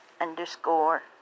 Underscore